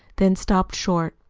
then stopped short.